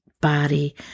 body